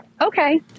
okay